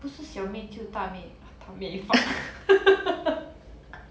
不是小妹救大妹大妹